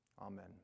Amen